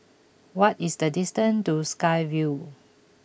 what is the distance to Sky Vue